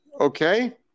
okay